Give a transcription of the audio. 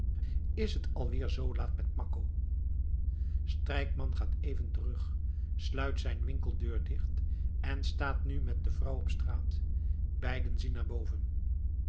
is t al weer z laat met makko strijkman gaat even terug sluit zijn winkeldeur dicht en staat nu met de vrouw op straat beiden zien naar boven